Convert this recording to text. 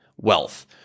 Wealth